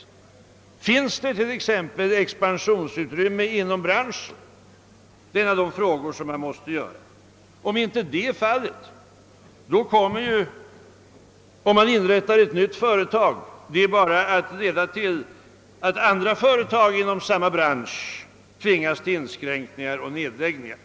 En av de frågor man då måste ställa är: Finns det expansionsutrymme inom branschen? Om så inte är fallet kommer inrättandet av ett nytt företag bara att leda till att andra företag inom samma bransch tvingas till inskränkningar och nedläggningar.